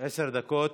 עשר דקות.